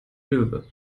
löwe